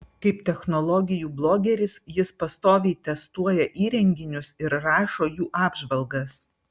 kaip technologijų blogeris jis pastoviai testuoja įrenginius ir rašo jų apžvalgas